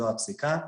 זו הפסיקה.